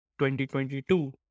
2022